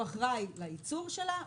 הוא אחראי לייצור שלה,